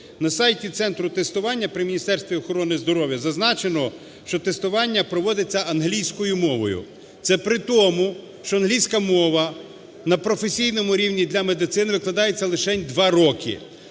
На сайті центру тестування при Міністерстві охорони здоров'я зазначено, що тестування проводиться англійською мовою. Це при тому, що англійська мова на професійному рівні для медицини викладається лишень два роки.